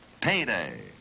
payday